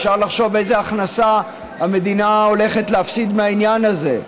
אפשר לחשוב איזה הכנסה המדינה הולכת להפסיד מהעניין הזה.